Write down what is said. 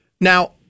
Now